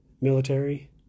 military